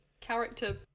character